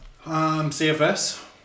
CFS